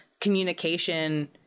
communication